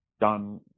done